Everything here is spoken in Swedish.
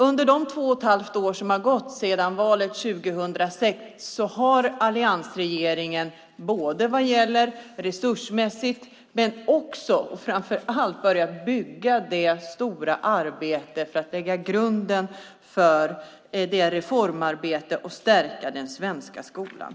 Under de två och ett halvt år som har gått sedan valet 2006 har alliansregeringen börjat på det stora arbetet med att lägga grunden för reformarbetet och stärka den svenska skolan.